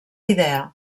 idea